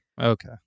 Okay